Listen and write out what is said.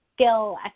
skill